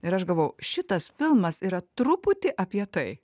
ir aš galvojau šitas filmas yra truputį apie tai